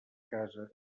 casa